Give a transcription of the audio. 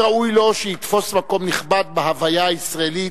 ראוי לו שיתפוס מקום נכבד בהוויה הישראלית,